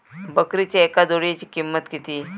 बकरीच्या एका जोडयेची किंमत किती?